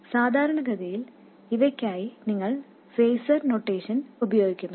സാധാരണഗതിയിൽ ഇവയ്ക്കായി നിങ്ങൾ ഫേസർ നൊട്ടേഷൻ ഉപയോഗിക്കുന്നു